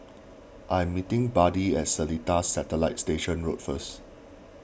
I am meeting Buddy at Seletar Satellite Station Road first